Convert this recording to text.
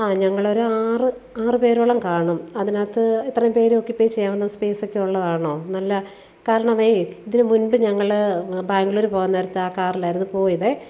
ആ ഞങ്ങൾ ഒരു ആറ് ആറ് പേരോളം കാണും അതിനകത്ത് ഇത്രേം പേര് ഒക്യു്പേ ചെയ്യാവുന്ന സ്പെയ്സക്കെ ഉള്ളതാണോ നല്ല കാരണവേ ഇതിന് മുൻപ് ഞങ്ങൾ ബാംഗ്ലൂര് പോവാൻ നേരത്ത് ആ കാറിലായിരുന്നു പോയതേ